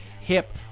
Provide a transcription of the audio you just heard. hip